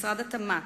משרד התמ"ת,